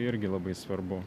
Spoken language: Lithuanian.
irgi labai svarbu